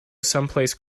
someplace